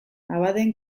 abadeen